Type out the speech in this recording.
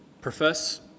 profess